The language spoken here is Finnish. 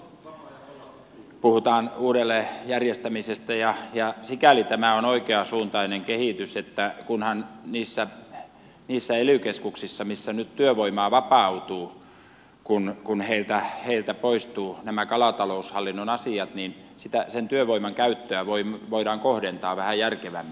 nyt puhutaan kalataloushallinnon uudelleenjärjestämisestä ja sikäli tämä on oikeansuuntainen kehitys että kunhan niistä ely keskuksista mistä nyt työvoimaa vapautuu poistuu nämä kalataloushallinnon asiat niin sen työvoiman käyttöä voidaan kohdentaa vähän järkevämmin